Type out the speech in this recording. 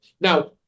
Now